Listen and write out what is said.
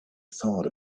thought